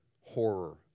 horror